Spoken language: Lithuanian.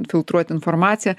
filtruot informaciją